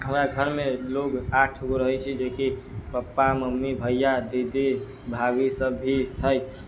हमरा घर मे लोग आठ गो रहै छै जेकि पापा मम्मी भैया दीदी भाभी सब भी हय